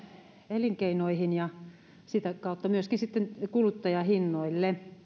elinkeinoihinsa ja sitä kautta myöskin sitten kuluttajahintoihin